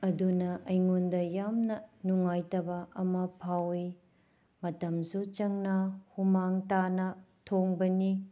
ꯑꯗꯨꯅ ꯑꯩꯉꯣꯟꯗ ꯌꯥꯝꯅ ꯅꯨꯡꯉꯥꯏꯇꯕ ꯑꯃ ꯐꯥꯎꯋꯤ ꯃꯇꯝꯁꯨ ꯆꯪꯅ ꯍꯨꯃꯥꯡ ꯇꯥꯅ ꯊꯣꯡꯕꯅꯤ